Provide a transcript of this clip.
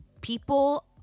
people